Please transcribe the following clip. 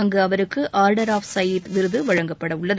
அங்கு அவருக்கு order of Zayed விருது வழங்கப்படவுள்ளது